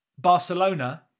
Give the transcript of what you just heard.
Barcelona